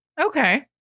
Okay